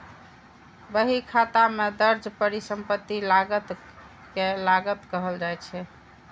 बहीखाता मे दर्ज परिसंपत्ति लागत कें लागत कहल जाइ छै